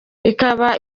ikaba